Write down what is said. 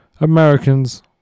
Americans